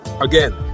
Again